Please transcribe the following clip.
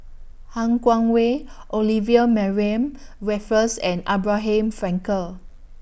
Han Guangwei Olivia Mariamne Raffles and Abraham Frankel